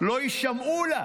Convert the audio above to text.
לא יישמעו לה.